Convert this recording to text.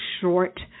short